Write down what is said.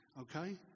okay